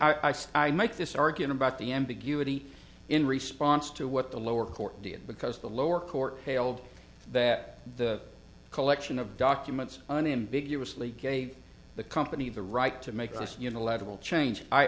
make this argument about the ambiguity in response to what the lower court did because the lower court held that the collection of documents unambiguously gave the company the right to make us unilateral change i